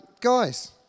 Guys